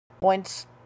points